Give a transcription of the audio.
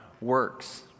works